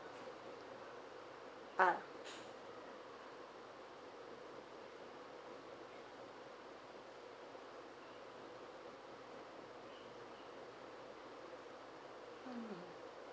uh mm